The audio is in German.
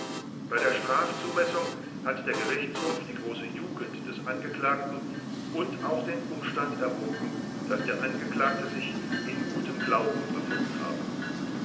bei der strafzumessung hat der gerichtshof die große jugend des angeklagten und auch den umstand erwogen daß der angeklagte sich in gutem glauben befunden hat